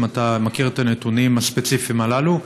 אם אתה מכיר את הנתונים הספציפיים הללו.